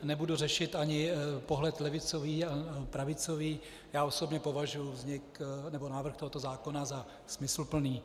Nebudu řešit ani pohled levicový a pravicový, já osobně považuji návrh tohoto zákona za smysluplný.